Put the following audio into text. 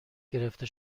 گرفته